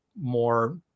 more